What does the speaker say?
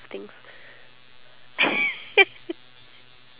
ya for their dress I know (uh huh)